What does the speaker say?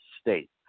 state